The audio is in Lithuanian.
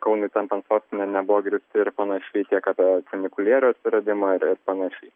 kaunui tampant sostine nebuvo grįsti ir panašiai tiek apie funikulierių atsiradimą ir ir panašiai